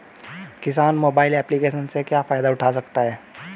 किसान mobile application से क्या फायदा उठा सकता है?